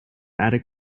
attic